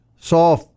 saw